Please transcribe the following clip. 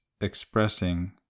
expressing